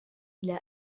إلى